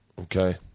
okay